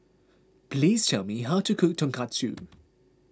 please tell me how to cook Tonkatsu